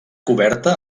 coberta